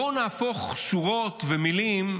בואו נהפוך שורות ומילים,